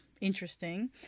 Interesting